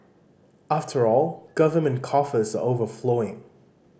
after all government coffers are overflowing